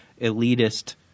elitist